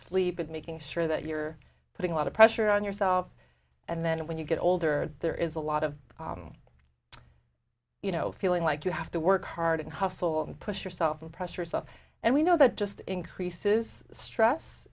sleep and making sure that you're putting a lot of pressure on yourself and then when you get older there is a lot of you know feeling like you have to work hard and hustle push yourself and press yourself and we know that just increases stress